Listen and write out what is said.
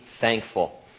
thankful